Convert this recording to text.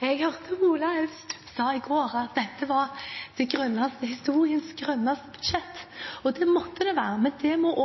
Jeg hørte Ola Elvestuen si i går at dette var historiens grønneste budsjett, og det måtte det være, men det må